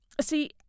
see